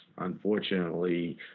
Unfortunately